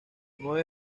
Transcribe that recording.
nueve